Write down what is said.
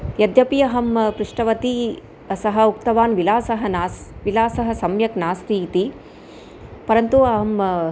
यद्यपि अहं पृष्टवती सः उक्तवान् विलासः नास् विलासः सम्यक् नास्ति इति परन्तु अहम्